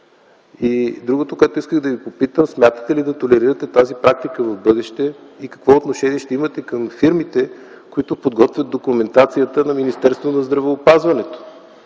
Другото, което искам да Ви попитам, е: смятате ли да толерирате тази практика в бъдеще и какво отношение ще имате към фирмите, които подготвят документацията на Министерството на здравеопазването?